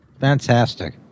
Fantastic